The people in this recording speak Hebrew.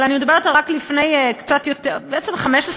אבל אני מדברת בעצם על 15 שנה.